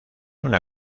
una